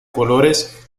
colores